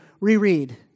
reread